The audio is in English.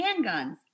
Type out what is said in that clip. handguns